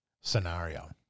scenario